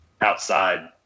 outside